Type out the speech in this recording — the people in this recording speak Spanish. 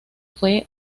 fue